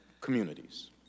communities